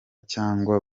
cyangwa